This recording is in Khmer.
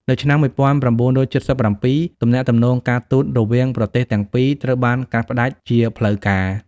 នៅឆ្នាំ១៩៧៧ ទំនាក់ទំនងការទូតរវាងប្រទេសទាំងពីរត្រូវបានកាត់ផ្ដាច់ជាផ្លូវការ។